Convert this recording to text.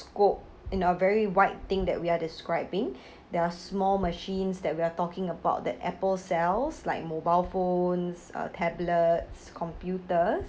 scope in a very wide thing that we are describing there are small machines that we are talking about that Apple sells like mobile phones uh tablets computers